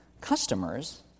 customers